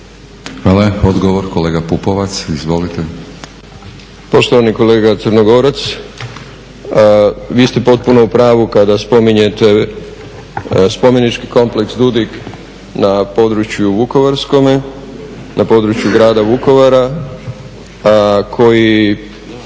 Hvala. Odgovor, kolega Pupovac izvolite. **Pupovac, Milorad (SDSS)** Poštovani kolega Crnogorac, vi ste potpuno u pravu kada spominjete spomenički kompleks Dudik na području vukovarskom, na području grada Vukovara koji